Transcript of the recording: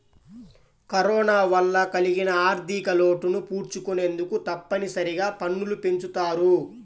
corona వల్ల కలిగిన ఆర్ధికలోటును పూడ్చుకొనేందుకు తప్పనిసరిగా పన్నులు పెంచుతారు